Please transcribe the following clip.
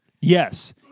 Yes